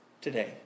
today